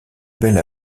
bel